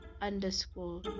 underscore